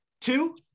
Two